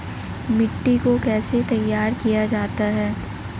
मिट्टी को कैसे तैयार किया जाता है?